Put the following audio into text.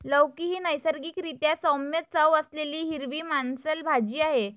लौकी ही नैसर्गिक रीत्या सौम्य चव असलेली हिरवी मांसल भाजी आहे